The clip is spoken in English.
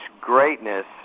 greatness